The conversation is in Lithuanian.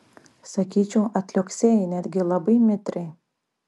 sakyčiau atliuoksėjai netgi labai mitriai